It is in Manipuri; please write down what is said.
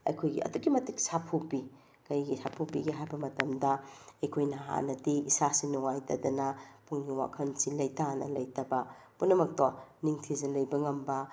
ꯑꯩꯈꯣꯏꯒꯤ ꯑꯗꯨꯛꯀꯤ ꯃꯇꯤꯛ ꯁꯥꯐꯨ ꯄꯤ ꯀꯩꯒꯤ ꯁꯥꯐꯨ ꯄꯤꯒꯦ ꯍꯥꯏꯕ ꯃꯇꯝꯗ ꯑꯩꯈꯣꯏꯅ ꯍꯥꯟꯅꯗꯤ ꯏꯁꯥꯁꯤ ꯅꯨꯡꯉꯥꯏꯇꯗꯅ ꯄꯨꯛꯅꯤꯡ ꯋꯥꯈꯜꯁꯤ ꯂꯩꯇꯥꯅ ꯂꯩꯇꯕ ꯄꯨꯝꯅꯃꯛꯇꯣ ꯅꯤꯡꯊꯤꯖꯅ ꯂꯩꯕ ꯉꯝꯕ